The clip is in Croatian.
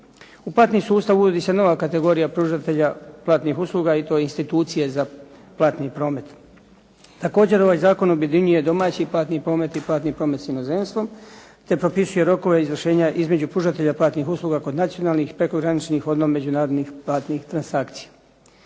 U platni sustav uvodi se nova kategorija pružatelja platnih usluga i to institucije za platni promet. Također, oaj zakon objedinjuje domaći platni promet i platni promet s inozemstvom te propisuje rokove izvršenja između pružatelja platnih usluga kod nacionalnih, prekograničnih, međunarodnih platnih transakcija.